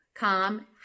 calm